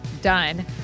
done